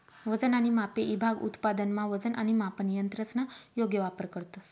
वजन आणि मापे ईभाग उत्पादनमा वजन आणि मापन यंत्रसना योग्य वापर करतंस